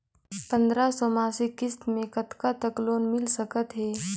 पंद्रह सौ मासिक किस्त मे कतका तक लोन मिल सकत हे?